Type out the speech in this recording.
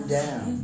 down